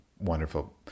wonderful